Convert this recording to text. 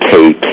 Kate